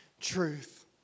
truth